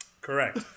Correct